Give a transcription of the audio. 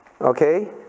Okay